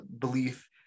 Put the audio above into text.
belief